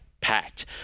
packed